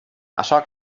açò